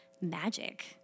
magic